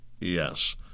Yes